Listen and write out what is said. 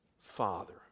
Father